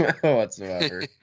whatsoever